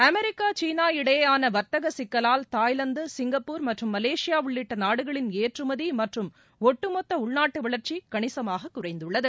America China இடையேயான வர்த்தக சிக்கலால் தாய்லாந்து சிங்கப்பூர் மற்றும் மலேசியா உள்ளிட்ட நாடுகளின் ஏற்றுமதி மற்றும் ஒட்டுமொத்த உள்நாட்டு வளர்ச்சி கணிசமாக குறைந்துள்ளது